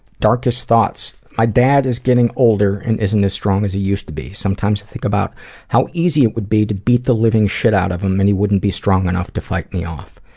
darkest thoughts. my dad is getting older and isn't as strong as he used to be. sometimes i think about how easy it would be to beat the living shit out of him, and he wouldn't be strong enough to fight me off.